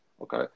Okay